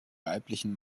weiblichen